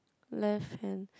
left hand